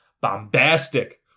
bombastic